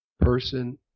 person